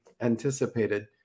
anticipated